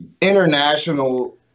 international